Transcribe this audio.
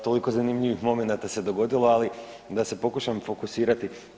Toliko zanimljivih momenata se dogodilo, ali da se pokušam fokusirati.